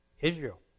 Israel